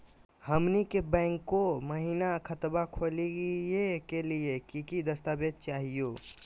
हमनी के बैंको महिना खतवा खोलही के लिए कि कि दस्तावेज चाहीयो?